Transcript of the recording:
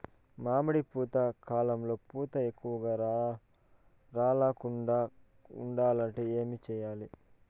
మామిడి పూత కాలంలో పూత ఎక్కువగా రాలకుండా ఉండాలంటే ఏమి చెయ్యాలి?